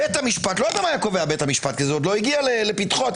בית המשפט לא יודע מה היה קובע כי זה טרם הגיע לפתחו עד